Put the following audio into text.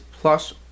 plus